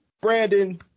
Brandon